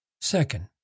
Second